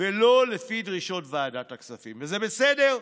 ולא לפי דרישות ועדת הכספים" וזה בסדר,